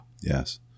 Yes